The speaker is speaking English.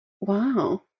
Wow